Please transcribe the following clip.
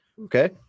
Okay